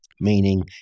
Meaning